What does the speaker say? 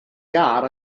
iâr